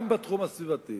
גם בתחום הסביבתי,